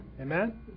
Amen